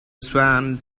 swan